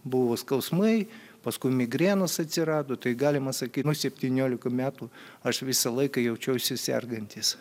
buvo skausmai paskui migrenos atsirado tai galima sakyt nuo septyniolika metų aš visą laiką jaučiausi sergantis